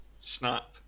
snap